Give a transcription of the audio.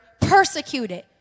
persecuted